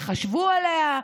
וחשבו עליה,